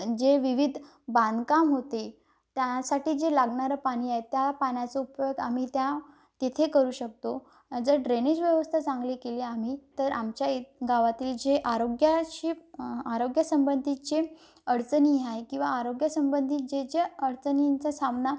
जे विविध बांधकाम होते त्यासाठी जे लागणारं पाणी आहे त्या पाण्याचा उपयोग आम्ही त्या तिथे करू शकतो जर ड्रेनेज व्यवस्था चांगली केली आम्ही तर आमच्या इ गावातील जे आरोग्याशी आरोग्यसंबंधीत जे अडचणी आहे किंवा आरोग्यसंबंधित जे ज्या अडचणींचा सामना